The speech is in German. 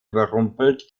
überrumpelt